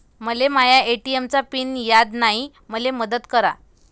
मले माया ए.टी.एम चा पिन याद नायी, मले मदत करा